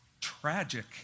tragic